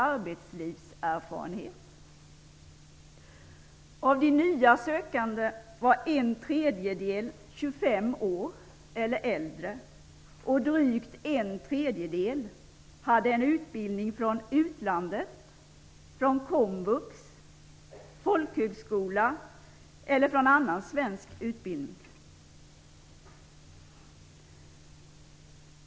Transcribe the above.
Av de nya sökande var en tredjedel 25 år eller äldre och drygt en tredjedel hade en utbildning från utlandet, från komvux, från folkhögskola eller från någon annan svensk utbildning.